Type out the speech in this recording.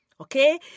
Okay